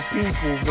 people